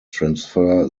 transfer